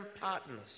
partners